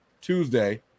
Tuesday